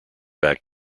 back